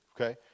okay